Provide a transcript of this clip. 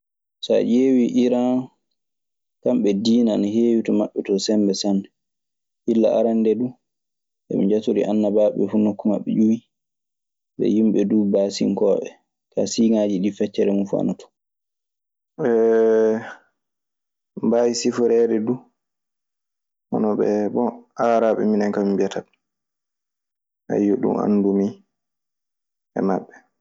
So a ƴewii Iran, kamɓe diina ana heewi to maɓɓe too sembe sanne. Illa arannde du, eɓe njatorii annabaaɓe ɓee fuu nokku maɓɓe ƴiwi. Ɓe yimɓe duu baasinkooɓe. Kaa, siiŋaaji ɗii feccere mun fuu ana ton. eɓe mbaawi siforeede du, hono ɓee, bon, aaraaɓe minen ka min mbiyataɓe. Ayyo, ɗun anndumi e maɓɓe.